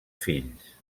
fills